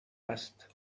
است